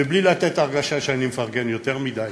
ובלי לתת הרגשה שאני מפרגן יותר מדי: